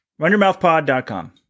Runyourmouthpod.com